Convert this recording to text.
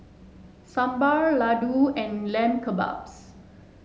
Sambar Ladoo and Lamb Kebabs